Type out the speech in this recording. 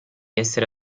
essere